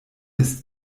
ist